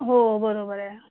हो बरोबर आहे